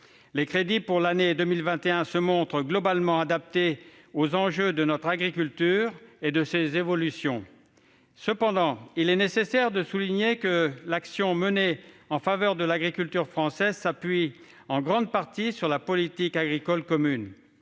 Les crédits pour l'année 2021 semblent globalement adaptés aux enjeux de notre agriculture et de ses évolutions. Cependant, il est nécessaire de souligner que l'action menée en faveur de l'agriculture française s'appuie en grande partie sur la politique agricole commune.